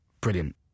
Brilliant